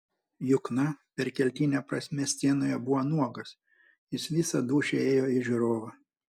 jukna perkeltine prasme scenoje buvo nuogas jis visa dūšia ėjo į žiūrovą